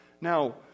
Now